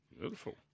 Beautiful